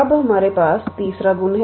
अब हमारे पास तीसरा गुण है